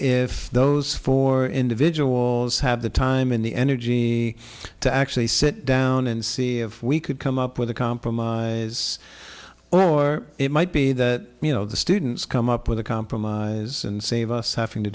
if those four individuals have the time and the energy to actually sit down and see if we could come up with a compromise or it might be that you know the students come up with a compromise and save us having to